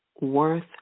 worth